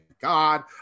God